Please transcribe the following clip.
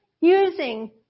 using